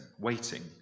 waiting